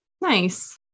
Nice